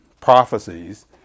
prophecies